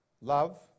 love